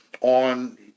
on